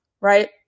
right